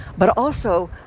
but also,